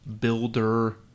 builder